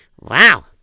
Wow